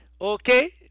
okay